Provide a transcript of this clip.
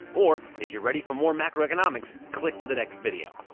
or, if you're ready for more macroeconomics, click for the next video.